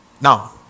Now